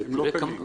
-- הם לא קלים.